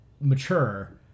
mature